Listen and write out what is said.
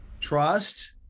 trust